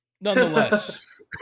Nonetheless